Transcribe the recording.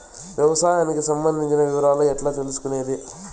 వ్యవసాయానికి సంబంధించిన వివరాలు ఎట్లా తెలుసుకొనేది?